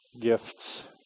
gifts